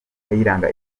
kayiranga